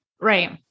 Right